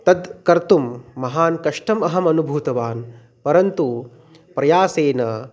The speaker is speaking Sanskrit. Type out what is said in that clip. तत् कर्तुं महान् कष्टम् अहम् अनुभूतवान् परन्तु प्रयासेन